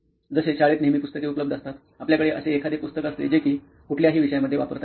जसे शाळेत नेहमी पुस्तके उपलब्ध असतात आपल्याकडे असे एखादे पुस्तक असते जे कि कुठल्याही विषयामधे वापरता येते